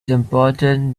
important